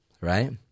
right